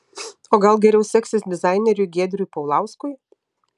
o gal geriau seksis dizaineriui giedriui paulauskui